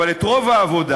אבל את רוב העבודה,